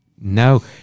no